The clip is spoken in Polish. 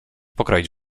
pokroić